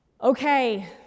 Okay